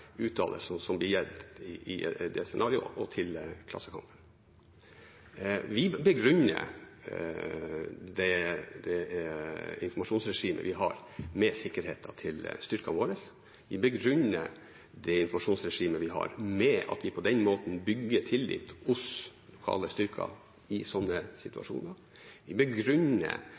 uttalelse som blir gitt om dette scenariet, og til Klassekampen. Vi begrunner det informasjonsregimet vi har med sikkerheten til styrkene våre. Vi begrunner det informasjonsregimet vi har med at vi på den måten bygger tillit hos lokale styrker i